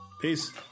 Peace